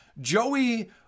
Joey